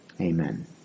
Amen